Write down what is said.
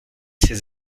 ses